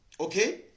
Okay